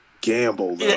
gamble